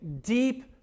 deep